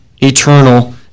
eternal